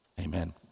Amen